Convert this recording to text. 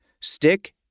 Stick